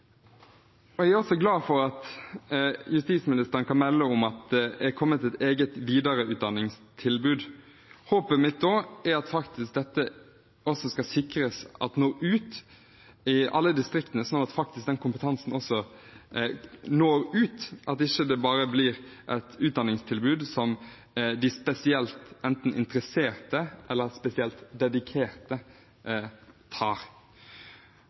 Jeg er også glad for at justisministeren kan melde om at det har kommet et eget videreutdanningstilbud. Håpet mitt er at det skal sikres at dette når ut i alle distriktene, slik at den kompetansen faktisk også når ut, at det ikke bare blir et utdanningstilbud som bare de spesielt interesserte eller de spesielt dedikerte tar.